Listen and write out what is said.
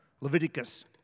Leviticus